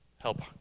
help